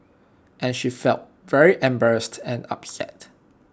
and she felt very embarrassed and upset